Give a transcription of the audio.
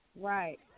Right